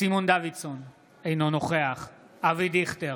סימון דוידסון, אינו נוכח אבי דיכטר,